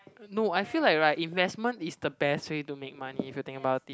no I feel like right investment is the best way to make money if you think about it